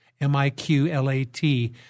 M-I-Q-L-A-T